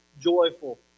joyful